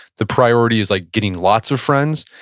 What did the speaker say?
the priority is like getting lots of friends.